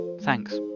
thanks